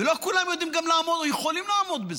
ולא כולם יכולים לעמוד בזה,